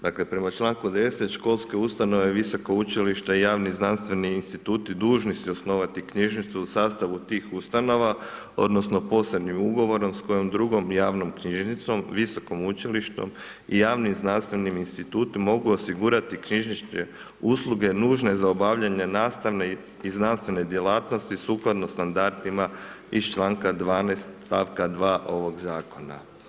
Dakle, prema članku 10. školske ustanove, visoka učilišta i javni znanstveni instituti dužni su osnovati knjižnicu u sastavu tih ustanova odnosno posebnim ugovorom s kojom drugom javnom knjižnicom, visokim učilištem i javnim znanstvenim institutom mogu osigurati knjižnične usluge nužne za obavljanje nastavne i znanstvene djelatnosti sukladno standardima iz članka 12. stavka 2. ovog zakona.